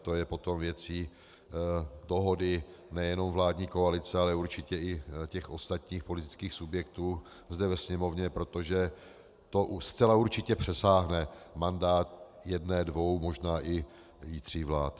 To je potom věcí dohody nejenom vládní koalice, ale určitě i ostatních politických subjektů zde ve Sněmovně, protože to zcela určitě přesáhne mandát jedné, dvou, možná i tří vlád.